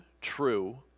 true